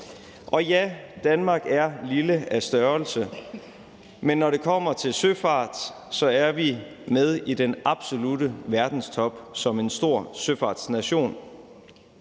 Og ja, Danmark er lille af størrelse, men når det kommer til søfart, er vi med i den absolutte verdenstop som en stor søfartsnation.